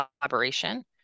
collaboration